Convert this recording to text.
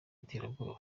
iterabwoba